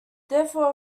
therefore